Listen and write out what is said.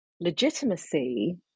legitimacy